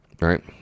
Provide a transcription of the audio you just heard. right